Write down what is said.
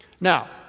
now